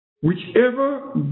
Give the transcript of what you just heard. Whichever